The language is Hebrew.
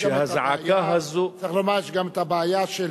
שהזעקה הזאת, צריך לומר, יש גם הבעיה של